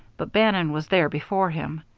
but bannon was there before him.